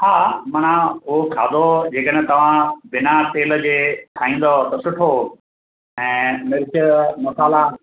हा माना उहो खाधो जेकॾहिं तव्हां बिना तेल जे ठाहींदव त सुठो ऐं मिर्च मसाला